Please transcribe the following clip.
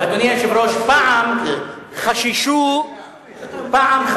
אדוני היושב-ראש, פעם חששו מהלאומיות